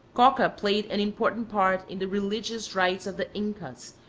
coca played an important part in the religious rights of the incas,